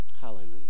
Hallelujah